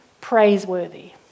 praiseworthy